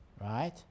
right